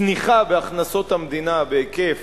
צניחה בהכנסות המדינה בהיקף